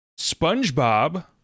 SpongeBob